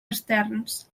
externs